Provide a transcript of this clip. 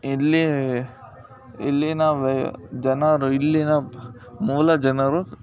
ಇಲ್ಲಿ ಇಲ್ಲಿನ ವೆ ಜನರು ಇಲ್ಲಿನ ಮೂಲ ಜನರು